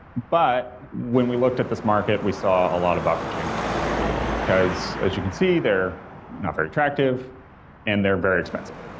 but when we looked at this market, we saw a lot of opportunity, because as you can see they're not very attractive and they're very expensive.